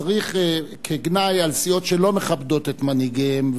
צריך לגנות סיעות שלא מכבדות את מנהיגיהן,